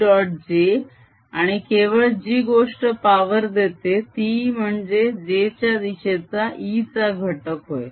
j आणि केवळ जी गोष्ट पावर देते ती म्हणजे j च्या दिशेचा E चा घटक होय